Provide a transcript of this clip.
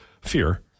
fear